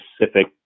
specific